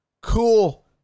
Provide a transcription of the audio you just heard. Cool